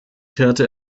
kehrte